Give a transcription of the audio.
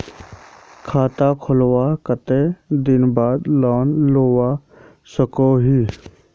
खाता खोलवार कते दिन बाद लोन लुबा सकोहो ही?